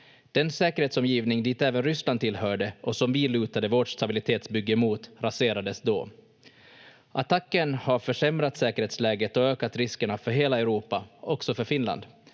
säkerhetsomgivning dit även Ryssland hörde och som vi lutade vårt stabilitetsbygge mot raserades då. Attacken har försämrat säkerhetsläget och ökat riskerna för hela Europa, också för Finland.